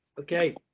okay